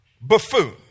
buffoon